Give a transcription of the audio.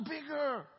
bigger